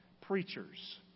preachers